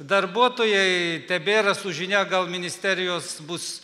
darbuotojai tebėra su žinia gal ministerijos bus